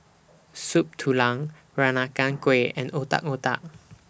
Soup Tulang Peranakan Kueh and Otak Otak